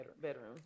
bedroom